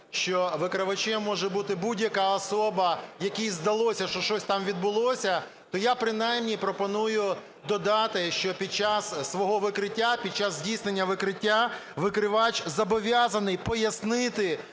що викривачем може бути будь-яка особа, якій здалося, що щось там відбулося, то я принаймні пропоную додати, що під час свого викриття, під час здійснення викриття викривач зобов'язаний пояснити,